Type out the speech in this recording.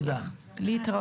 תודה, אפשר